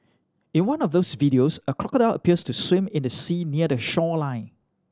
in one of these videos a crocodile appears to swim in the sea near the shoreline